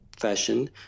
fashion